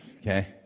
okay